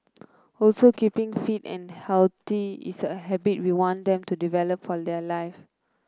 also keeping fit and healthy is a habit we want them to develop for the life